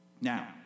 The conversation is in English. Now